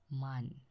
Man